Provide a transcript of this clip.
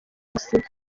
gusinya